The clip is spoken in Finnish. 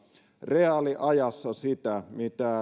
reaaliajassa sitä mitä